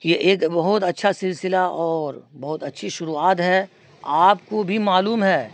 یہ ایک بہت اچھا سلسلہ اور بہت اچھی شروعات ہے آپ کو بھی معلوم ہے